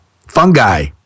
fungi